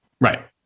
Right